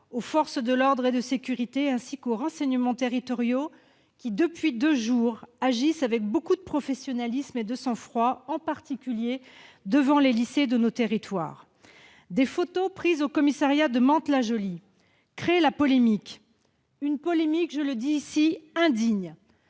aux forces de l'ordre et de sécurité, ainsi qu'aux renseignements territoriaux qui, depuis deux jours, agissent avec beaucoup de professionnalisme et de sang-froid, en particulier devant les lycées de nos territoires. Des photos prises au commissariat de Mantes-la-Jolie créent la polémique. Cette polémique est indigne,